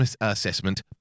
assessment